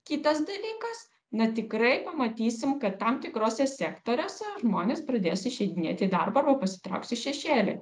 kitas dalykas na tikrai pamatysim kad tam tikruose sektoriuose žmonės pradės išeidinėti darbo arba pasitrauks į šešėlį